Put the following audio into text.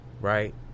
Right